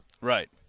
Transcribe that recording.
Right